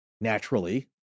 naturally